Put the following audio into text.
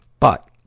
but,